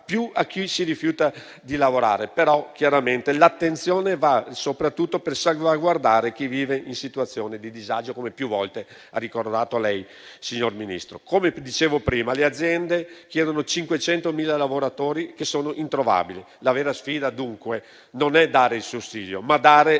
più a chi si rifiuta di lavorare. Chiaramente, però, l'attenzione va soprattutto a salvaguardare chi vive in situazioni di disagio, come più volte ha ricordato lei, signor Ministro. Come vi dicevo prima, le aziende richiedono 500.000 lavoratori che sono introvabili. La vera sfida, dunque, è dare non il sussidio, ma il lavoro.